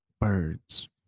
Birds